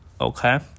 Okay